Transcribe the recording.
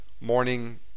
morning